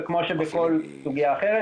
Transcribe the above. וכמו שבכל סוגיה אחרת.